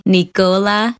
Nicola